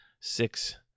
six